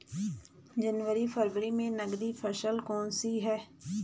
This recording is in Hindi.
जनवरी फरवरी में नकदी फसल कौनसी है?